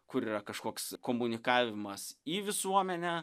kur yra kažkoks komunikavimas į visuomenę